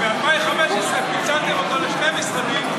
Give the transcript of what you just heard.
ב-2015 פיצלתם אותו לשני משרדים,